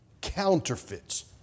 counterfeits